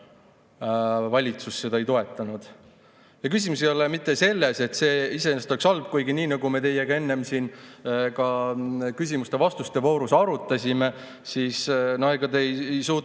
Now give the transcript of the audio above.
Valitsus seda ei toetanud. Küsimus ei ole mitte selles, et see iseenesest oleks halb. Kuigi kui me teiega enne küsimuste-vastuste voorus arutasime, siis ega te ei suutnud